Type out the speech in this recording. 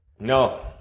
No